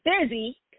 busy